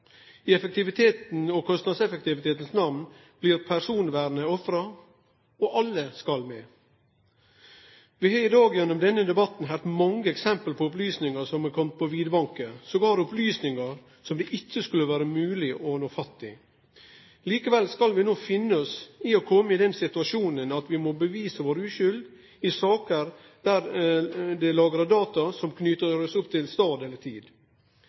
I effektivitetens og kostnadseffektivitetens namn blir personvernet ofra, og alle skal med. Vi har i dag gjennom denne debatten hatt mange eksempel på opplysningar som er komne på vidvanke, jamvel opplysningar som det ikkje skulle vere mogleg å nå fatt i. Likevel skal vi no finne oss i å kome i den situasjonen at vi må bevise vår uskyld i saker der det er lagra data som knyter oss opp til stad eller tid.